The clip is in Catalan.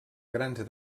grans